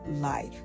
life